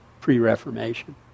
pre-Reformation